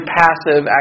passive